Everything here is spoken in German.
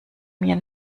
mir